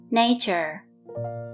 nature